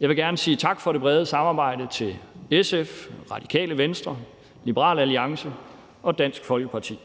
Jeg vil gerne sige tak for det brede samarbejde til SF, Radikale Venstre, Liberal Alliance og Dansk Folkeparti.